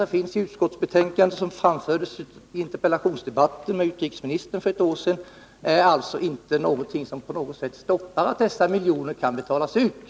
Det som utrikesministern framförde i interpellationsdebatten för ett år sedan och som återges i betänkandet hindrar inte på något sätt att dessa miljoner betalas ut.